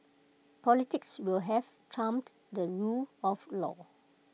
politics will have trumped the rule of law